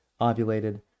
ovulated